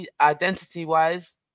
identity-wise